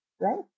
Right